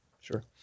Sure